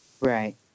Right